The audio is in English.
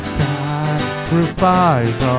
sacrifice